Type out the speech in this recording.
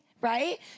right